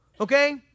okay